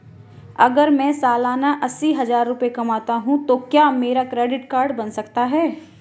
अगर मैं सालाना अस्सी हज़ार रुपये कमाता हूं तो क्या मेरा क्रेडिट कार्ड बन सकता है?